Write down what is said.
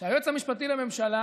שהיועץ המשפטי לממשלה